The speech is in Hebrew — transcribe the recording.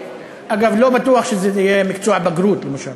אגב, לא בטוח שזה יהיה מקצוע בגרות, למשל.